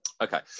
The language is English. Okay